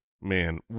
Man